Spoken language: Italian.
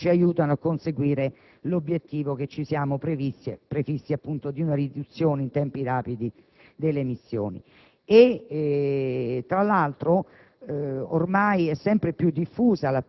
fondamentali perché anche questi ci aiutano a conseguire l'obiettivo che ci siamo prefissi di una riduzione in tempi rapidi delle emissioni. Tra l'altro,